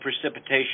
precipitation